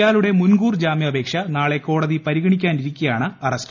ഇയാളുടെ മുൻകൂർ ജാമ്യാപേക്ഷ നാളെ കോടതി പരിഗണിക്കാനിരി ക്കെയാണ് അറസ്റ്റ്